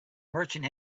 merchant